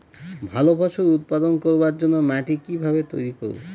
ভালো ফসল উৎপাদন করবার জন্য মাটি কি ভাবে তৈরী করব?